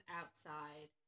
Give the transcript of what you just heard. outside